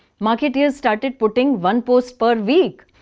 marketers started putting one post per week.